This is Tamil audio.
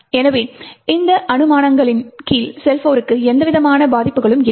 எனவே இந்த அனுமானங்களின் கீழ் SeL4 க்கு எந்தவிதமான பாதிப்புகளும் இல்லை